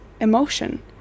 emotion